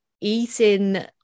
eating